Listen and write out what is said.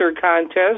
contest